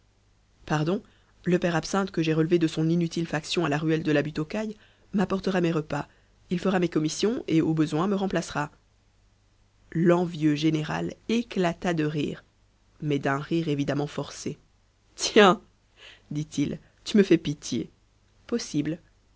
pardon le père absinthe que j'ai relevé de son inutile faction à la ruelle de la butte aux cailles m'apportera mes repas il fera mes commissions et au besoin me remplacera l'envieux général éclata de rire mais d'un rire évidemment forcé tiens dit-il tu me fais pitié possible